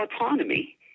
autonomy